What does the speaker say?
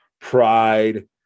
pride